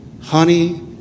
honey